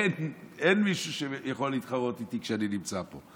אין מישהו שיכול להתחרות בי כשאני נמצא פה.